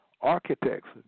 Architects